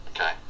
Okay